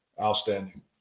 outstanding